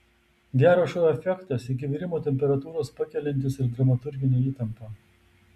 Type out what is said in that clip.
gero šou efektas iki virimo temperatūros pakeliantis ir dramaturginę įtampą